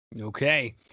okay